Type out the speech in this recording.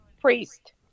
priest